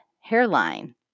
hairline